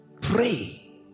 Pray